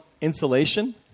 insulation